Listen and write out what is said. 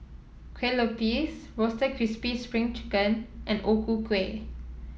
Kueh Lupis Roasted Crispy Spring Chicken and O Ku Kueh